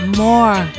more